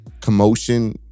commotion